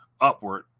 upward